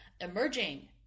emerging